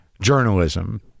journalism